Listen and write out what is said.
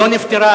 לא נפתרה,